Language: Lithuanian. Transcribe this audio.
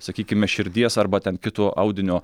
sakykime širdies arba ten kito audinio